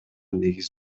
негиз